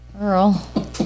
Earl